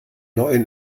neuen